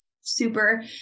super